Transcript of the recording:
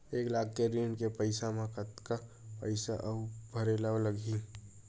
एक लाख के ऋण के पईसा म कतका पईसा आऊ भरे ला लगही?